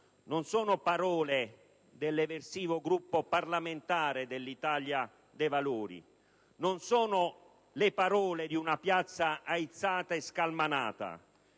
Non sono parole dell'eversivo Gruppo parlamentare dell'Italia dei Valori. Non sono le parole di una piazza aizzata e scalmanata.